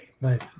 Nice